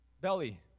belly